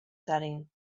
setting